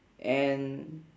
and